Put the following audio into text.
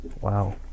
Wow